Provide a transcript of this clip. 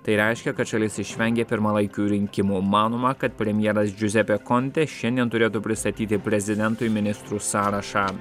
tai reiškia kad šalis išvengė pirmalaikių rinkimų manoma kad premjeras džiuzepė konte šiandien turėtų pristatyti prezidentui ministrų sąrašą